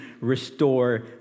restore